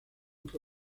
que